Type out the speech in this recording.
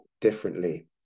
differently